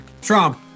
Trump